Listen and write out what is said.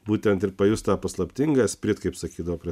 būtent ir pajusti tą paslaptingą sprit kaip sakydavo prie